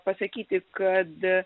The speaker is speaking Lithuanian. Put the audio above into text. pasakyti kad